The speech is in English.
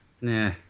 Nah